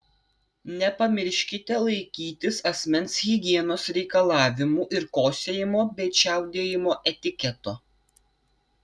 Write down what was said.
nepamirškite laikytis asmens higienos reikalavimų ir kosėjimo bei čiaudėjimo etiketo